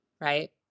right